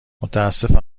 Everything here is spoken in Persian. متاسفم